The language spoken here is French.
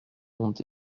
ont